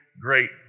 great